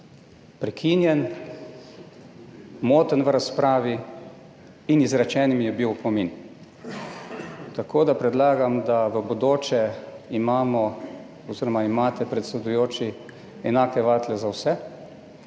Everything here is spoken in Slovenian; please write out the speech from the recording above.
prekinjen, moten v razpravi in izrečen mi je bil opomin. Tako, da predlagam, da v bodoče imamo oz. imate predsedujoči enake vatle za vse,